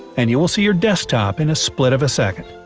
and you will see your desktop in a split of a second.